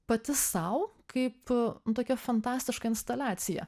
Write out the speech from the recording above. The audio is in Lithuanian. pati sau kaip tokia fantastiška instaliacija